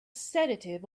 sedative